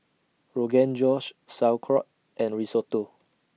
Rogan Josh Sauerkraut and Risotto